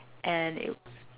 and it